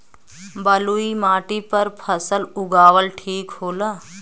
बलुई माटी पर फसल उगावल ठीक होला?